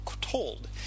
told